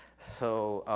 so,